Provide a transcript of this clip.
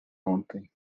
ontem